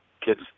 kids